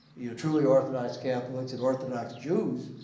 truly orthodox catholics and orthodox jews,